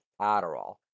Adderall